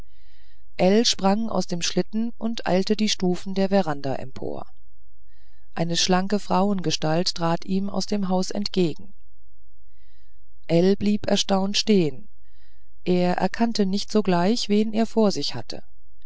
sprang aus dem schlitten und eilte die stufen der veranda empor eine schlanke frauengestalt trat ihm aus dem haus entgegen ell blieb erstaunt stehen er erkannte nicht sogleich wen er vor sich hatte